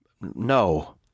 No